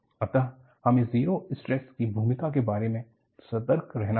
अतः हमें zero stress की भूमिका के बारे में सतर्क रहना होगा